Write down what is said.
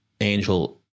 angel